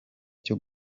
cyo